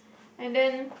and then